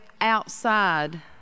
outside